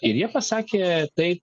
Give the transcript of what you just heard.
ir jie pasakė tai